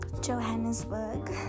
johannesburg